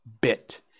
bit